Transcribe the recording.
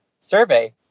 survey